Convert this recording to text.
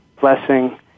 blessing